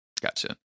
Gotcha